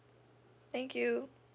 thank you